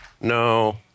No